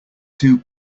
two